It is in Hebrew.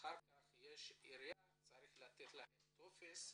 ואחר כך יש עירייה, צריך לתת להם טופס,